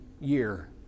year